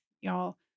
y'all